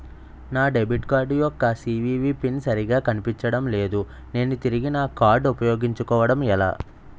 నా debit card యెక్క CVV PIN సరిగా కనిపించడం లేదు నేను తిరిగి నా కార్డ్ఉ పయోగించుకోవడం ఎలా?